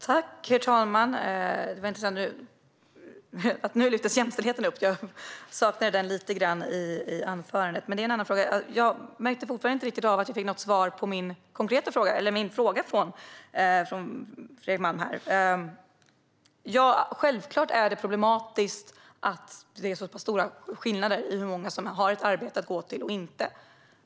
Herr talman! Det var intressant att jämställdheten nu lyftes fram. Jag saknade den lite grann i anförandet. Men det är en annan fråga. Jag tycker inte riktigt att jag fick något svar av Fredrik Malm på min fråga. Ja, självklart är det problematiskt att det är så pass stora skillnader i fråga om hur många som har ett arbete att gå till och inte.